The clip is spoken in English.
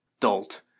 dolt